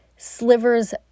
Slivers